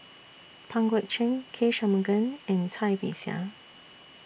Pang Guek Cheng K Shanmugam and Cai Bixia